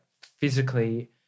physically